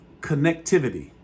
connectivity